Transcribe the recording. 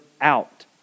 out